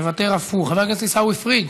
מוותר אף הוא, חבר הכנסת עיסאווי פריג'